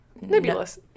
nebulous